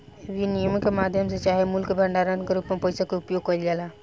विनिमय के माध्यम चाहे मूल्य के भंडारण के रूप में पइसा के उपयोग कईल जाला